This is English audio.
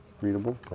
Readable